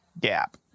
gap